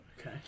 Okay